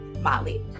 Molly